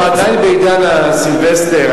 אנחנו עדיין בעידן הסילבסטר,